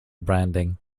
branding